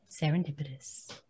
Serendipitous